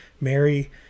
mary